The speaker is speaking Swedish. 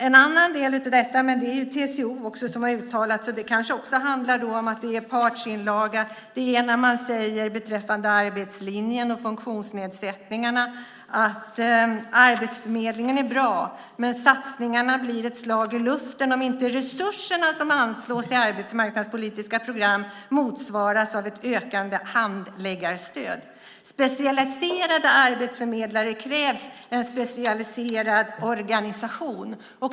En annan del av detta - men det är TCO som har uttalat sig, så det kanske också handlar om en partsinlaga - är när man säger beträffande arbetslinjen och funktionsnedsättningarna att arbetsförmedlingarna är bra, men satsningarna blir ett slag i luften om inte de resurser som anslås till arbetsmarknadspolitiska program motsvaras av ett ökande handläggarstöd. Specialiserade arbetsförmedlare krävs för en specialiserad organisation.